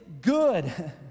good